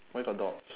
why got dots